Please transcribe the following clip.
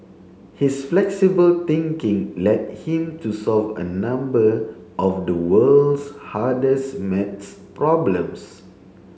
his flexible thinking led him to solve a number of the world's hardest maths problems